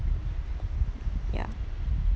ya